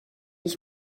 ich